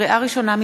לקריאה ראשונה,